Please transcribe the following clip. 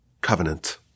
covenant